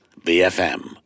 BFM